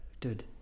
dude